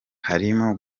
harimo